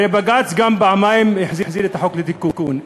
הרי בג"ץ גם פעמיים החזיר את החוק לתיקון.